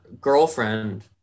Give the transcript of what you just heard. girlfriend